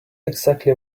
exactly